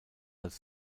als